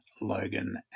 Logan